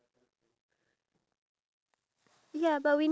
what there is such a thing